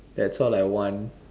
that's all I want